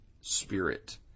spirit